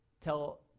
tell